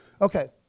Okay